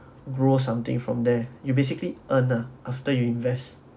grow something from there you basically earn lah after you invest